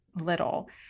little